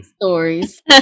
Stories